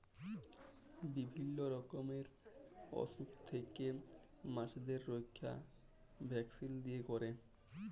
বিভিল্য রকমের অসুখ থেক্যে মাছদের রক্ষা ভ্যাকসিল দিয়ে ক্যরে